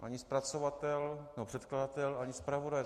Ani zpracovatel nebo předkladatel a ani zpravodaj.